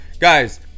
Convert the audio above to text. Guys